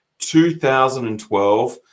2012